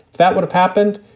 that would have happened.